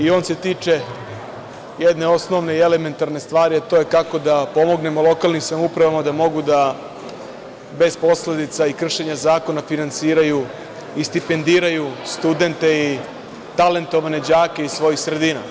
On se tiče jedne osnovne i elementarne stvari, a to je kako da pomognemo lokalnim samoupravama da mogu bez posledica i kršenja zakona finansiraju i stipendiraju studente i talentovane đake iz svojih sredina.